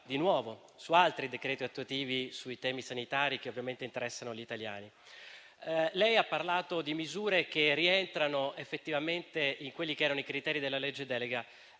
di nuovo su altri decreti attuativi relativi ai temi sanitari che interessano gli italiani. Lei ha parlato di misure che rientrano effettivamente in quelli che erano i criteri della legge delega